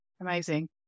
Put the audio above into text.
Amazing